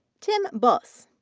tim buss,